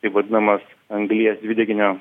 taip vadinamas anglies dvideginio